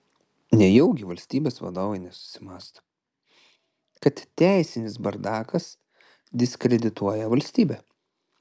nejaugi valstybės vadovai nesusimąsto kad teisinis bardakas diskredituoja valstybę